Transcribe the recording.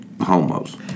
homos